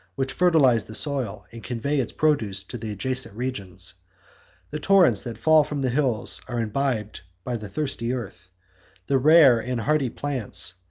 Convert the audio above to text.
which fertilize the soil, and convey its produce to the adjacent regions the torrents that fall from the hills are imbibed by the thirsty earth the rare and hardy plants,